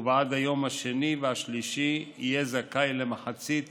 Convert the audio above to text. ובעד היום השני והשלישי יהיה זכאי למחצית